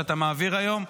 שאתה מעביר היום,